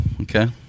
okay